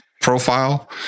profile